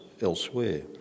elsewhere